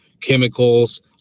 chemicals